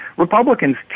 Republicans